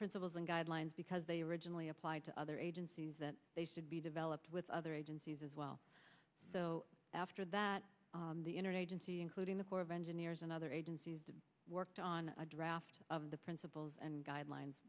principles and guidelines because they originally applied to other agencies that they should be developed with other agencies as well so after that the internet agency including the corps of engineers and other agencies worked on a draft of the principles and guidelines